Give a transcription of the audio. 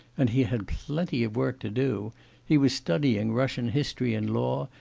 and he had plenty of work to do he was studying russian history and law,